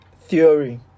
theory